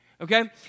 Okay